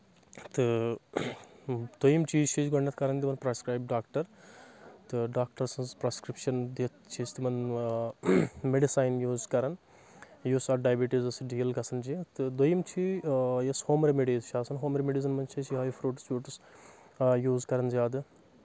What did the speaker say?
تہٕ دٔوٚیِم چیٖز چھِ أسۍ گۄڈٕنیتھ کران تِمن پرسکرایب ڈاکٹر تہٕ ڈاکٹر سٕنٛز پرسکرپشن دِتھ چھِ أسۍ تِمن میڈِسایِن یوٗز کران یُس اتھ ڈایبٹیٖز سۭتۍ ڈیٖل گژھان چھِ تہٕ دٔوٚیِم چھِ یۄس ہوم ریمڈیٖز چھِ آسان ہوم ریمڈیٖزن منٛز چھِ أسۍ یِہوے فروٗٹس ووٗٹٕس یوٗز کران زیادٕ